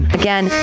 again